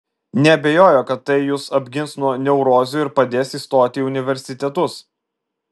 neabejoju kad tai jus apgins nuo neurozių ir padės įstoti į universitetus